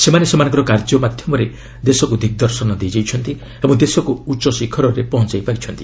ସେମାନେ ସେମାନଙ୍କର କାର୍ଯ୍ୟ ମାଧ୍ୟମରେ ଦେଶକୁ ଦିଗ୍ଦର୍ଶନ ଦେଇଯାଇଛନ୍ତି ଓ ଦେଶକୁ ଉଚ୍ଚ ଶିଖରରେ ପହଞ୍ଚାଇ ପାରିଛନ୍ତି